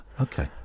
Okay